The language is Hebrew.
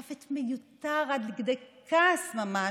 מוות מיותר, עד לכדי כעס ממש.